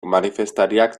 manifestariak